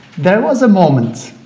there was a moment